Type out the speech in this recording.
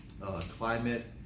climate